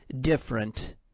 different